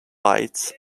bites